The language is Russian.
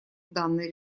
данной